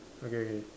okay okay